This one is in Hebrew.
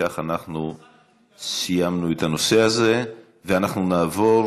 אנחנו סיימנו את הנושא הזה ואנחנו נעבור